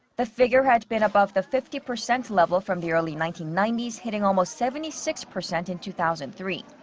the figure had been above the fifty percent level from the early nineteen ninety s, hitting almost seventy six percent in two thousand and three.